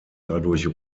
dadurch